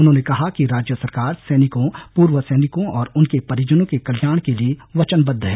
उन्होंने कहा कि राज्य सरकार सैनिकों पूर्व सैनिकों और उनके परिजनों के कल्याण के लिए वचनबद्व है